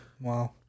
Wow